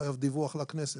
חייב דיווח לכנסת.